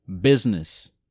business